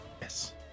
yes